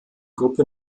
gruppe